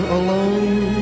alone